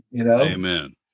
Amen